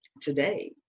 today